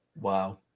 Wow